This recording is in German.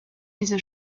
diese